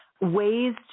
ways